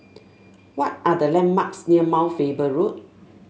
what are the landmarks near Mount Faber Road